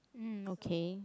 mm okay